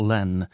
Len